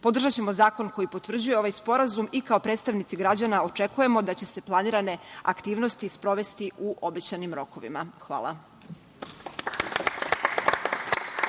Podržaćemo zakon koji potvrđuje ovaj sporazum i kao predstavnici građana očekujemo da će se planirane aktivnosti sprovesti u obećanim rokovima. Hvala.